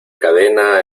cadena